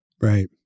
Right